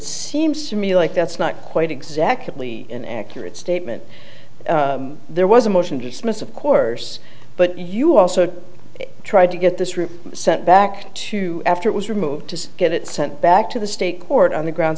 seems to me like that's not quite exactly an accurate statement there was a motion to dismiss of course but you also tried to get this rule set back to after it was removed to get it sent back to the state court on the grounds